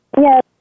Yes